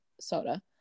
soda